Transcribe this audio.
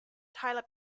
tyler